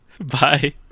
Bye